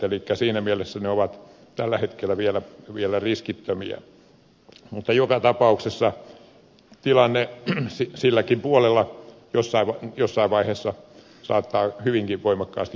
elikkä siinä mielessä ne ovat tällä hetkellä vielä riskittömiä mutta joka tapauksessa tilanne silläkin puolella jossain vaiheessa saattaa hyvinkin voimakkaasti kärjistyä